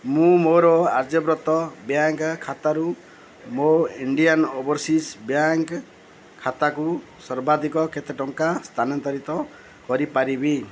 ମୁଁ ମୋର ଆର୍ଯ୍ୟବ୍ରତ ବ୍ୟାଙ୍କ୍ ଖାତାରୁ ମୋ ଇଣ୍ଡିଆନ୍ ଓଭରସିଜ୍ ବ୍ୟାଙ୍କ୍ ଖାତାକୁ ସର୍ବାଧିକ କେତେ ଟଙ୍କା ସ୍ଥାନାନ୍ତରିତ କରି ପାରିବି